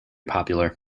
popular